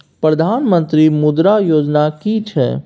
प्रधानमंत्री मुद्रा योजना कि छिए?